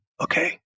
okay